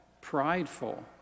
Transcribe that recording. prideful